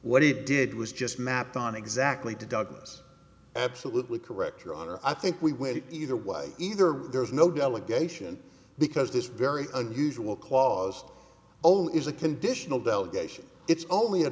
what he did was just mapped on exactly to douglas absolutely correct your honor i think we wait either way either there's no delegation because this very unusual clause only is a conditional delegation it's only a